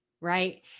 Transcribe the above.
Right